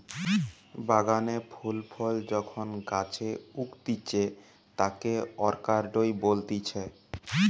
বাগানে ফুল ফল যখন গাছে উগতিচে তাকে অরকার্ডই বলতিছে